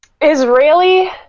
Israeli